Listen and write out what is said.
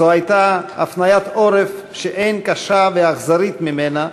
זו הייתה הפניית עורף שאין קשה ואכזרית ממנה,